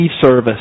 service